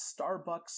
Starbucks